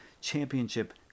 championship